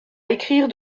écrire